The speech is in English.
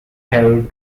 have